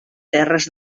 terres